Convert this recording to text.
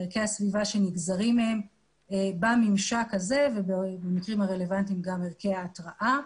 ערכי הסביבה שנגזרים מהם בממשק הזה ובמקרים הרלוונטיים גם ערכי ההתראה.